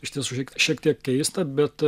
iš tiesų šiek šiek tiek keista bet